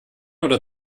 oder